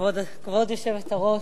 כבוד היושבת-ראש,